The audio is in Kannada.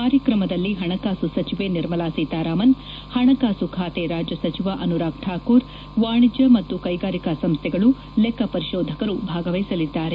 ಕಾರ್ಯಕ್ರಮದಲ್ಲಿ ಹಣಕಾಸು ಸಚಿವೆ ನಿರ್ಮಲಾ ಸೀತಾರಾಮನ್ ಹಣಕಾಸು ಖಾತೆ ರಾಜ್ಯ ಸಚಿವ ಅನುರಾಗ್ ಠಾಕೂರ್ ವಾಣಿಜ್ಯ ಮತ್ತು ಕೈಗಾರಿಕಾ ಸಂಸ್ದೆಗಳು ಲೆಕ್ಸ ಪರಿಶೋಧಕರು ಭಾಗವಹಿಸಲಿದ್ದಾರೆ